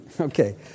Okay